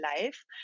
life